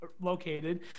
located